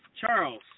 Charles